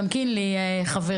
גם קינלי חברי,